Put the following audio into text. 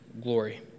glory